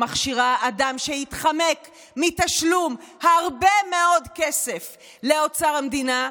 שמכשירה אדם שהתחמק מתשלום הרבה מאוד כסף לאוצר המדינה -- השרה,